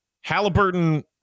Halliburton